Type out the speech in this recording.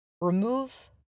remove